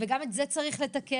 וגם את זה צריך לתקן.